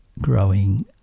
growing